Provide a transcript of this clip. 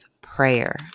prayer